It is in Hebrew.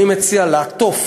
אני מציע לעטוף